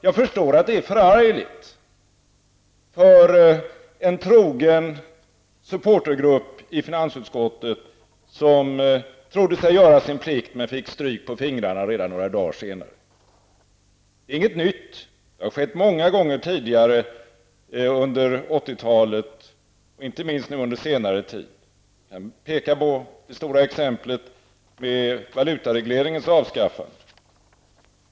Jag förstår att det är förargligt för en trogen supportergrupp i finansutskottet, som trodde sig göra sin plikt men fick stryk på fingrarna redan några dagar senare. Det är inget nytt. Det har skett många gånger tidigare under 80-talet, inte minst under senare tid. Jag kan visa på det stora exemplet, som gäller valutaregleringens avskaffande.